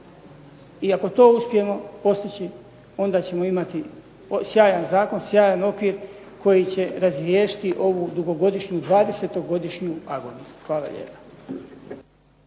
I ako to uspijemo postići onda ćemo imati sjajan zakon, sjajan okvir koji će razriješiti ovu dugogodišnju 20-godišnju agoniju. Hvala lijepa.